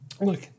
Look